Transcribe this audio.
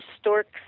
stork's